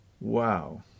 Wow